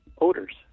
odors